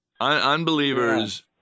unbelievers